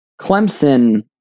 Clemson